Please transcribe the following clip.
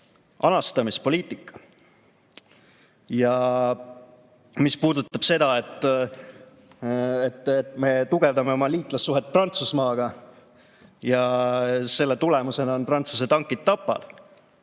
anastamispoliitika. Ja mis puudutab seda, et me tugevdame oma liitlassuhet Prantsusmaaga ja selle tulemusena on Prantsuse tankid Tapal